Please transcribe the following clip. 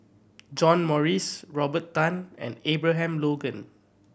John Morrice Robert Tan and Abraham Logan